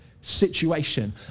situation